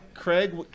Craig